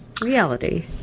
reality